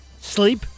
sleep